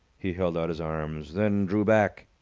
he held out his arms, then drew back.